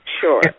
Sure